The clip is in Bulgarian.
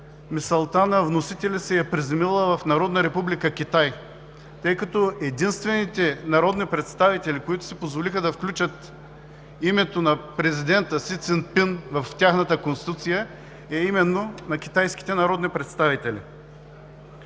мисълта на вносителя се е приземила в Народна република Китай, тъй като единствените народни представители, които си позволиха да включат името на президента Си Дзинпин в тяхната конституция, са именно китайските народни представители.